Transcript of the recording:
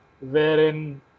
wherein